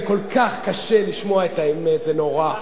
זה כל כך קשה לשמוע את האמת, זה נורא.